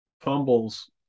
fumbles